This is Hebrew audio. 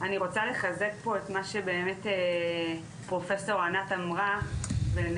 אני רוצה לחזק פה את מה שבאמת פרופסור ענת אמרה ונאמר,